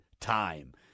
time